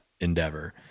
endeavor